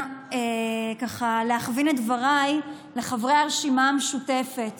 ככה להכווין את דבריי לחברי הרשימה המשותפת